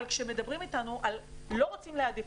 אבל כשמדברים איתנו על זה שלא רוצים להעדיף